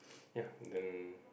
ya and